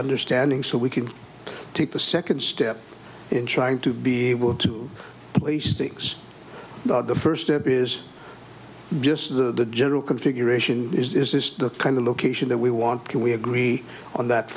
understanding so we can take the second step in trying to be able to release things the first step is just the general configuration is this the kind of location that we want can we agree on that